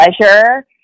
pleasure